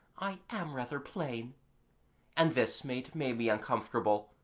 i am rather plain and this made maimie uncomfortable,